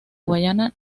guayana